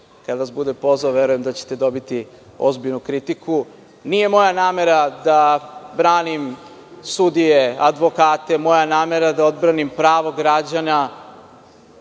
Kada vas bude pozvao verujem da ćete dobiti ozbiljnu kritiku. Nije moja namera da branim sudije ili advokate. Moja je namera da odbranim pravo građana